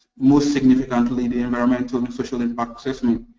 most significantly the environmental and social impact assessment.